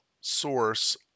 source